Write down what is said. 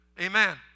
Amen